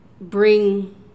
bring